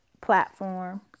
platform